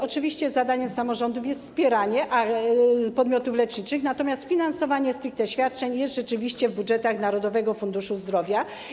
Oczywiście zadaniem samorządów jest wspieranie podmiotów leczniczych, natomiast finansowanie stricte świadczeń jest rzeczywiście sprawą budżetów Narodowego Funduszu Zdrowia.